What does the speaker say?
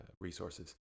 resources